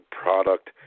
product